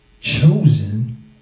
chosen